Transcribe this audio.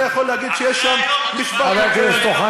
אתה יכול להגיד שיש, אחרי היום, שם משפט הוגן?